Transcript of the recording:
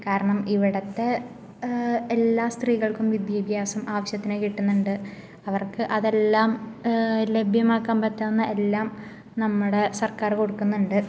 കാരണം ഇവിടുത്തെ എല്ലാ സ്ത്രീകൾക്കും വിദ്യാഭ്യാസം ആവശ്യത്തിന് കിട്ടുന്നുണ്ട് അവർക്ക് അതെല്ലാം ലഭ്യമാക്കാൻ പറ്റാവുന്ന എല്ലാം നമ്മുട് സർക്കാർ കൊടുക്കുന്നുണ്ട്